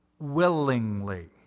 willingly